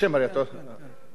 לא מעודכן, יכול להיות.